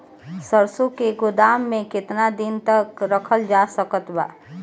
सरसों के गोदाम में केतना दिन तक रखल जा सकत बा?